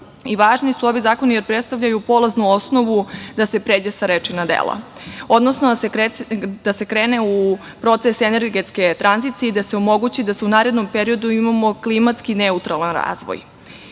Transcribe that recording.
i važni su ovi zakoni jer predstavljaju polaznu osnovu da se pređe sa reči na dela, odnosno da se krene u proces energetske tranzicije i da se omogući da u narednom periodu imamo klimatski neutralan razvoj. Zakon